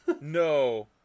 No